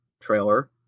trailer